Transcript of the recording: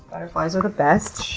butterflies are the best.